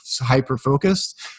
hyper-focused